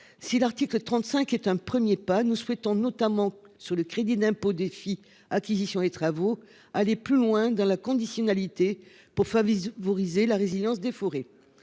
Si l'article 35 est un 1er pas nous souhaitons notamment sur le crédit d'impôt défi acquisitions et travaux, aller plus loin dans la conditionnalité pour Fabrice. Vous visez la résilience des forêts.